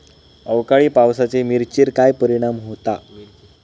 अवकाळी पावसाचे मिरचेर काय परिणाम होता?